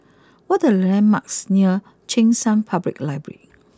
what are the landmarks near Cheng San Public library